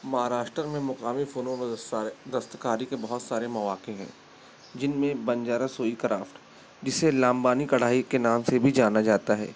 مہاراشٹرا میں مقامی فنون و دستکاری کے بہت سارے مواقع ہیں جن میں بنجارا سوئی کرافٹ جسے لامبانی کڑھائی کے نام سے بھی جانا جاتا ہے